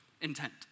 intent